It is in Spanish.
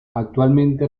actualmente